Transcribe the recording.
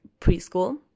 preschool